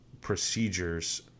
procedures